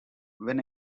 when